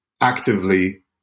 actively